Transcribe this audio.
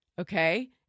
Okay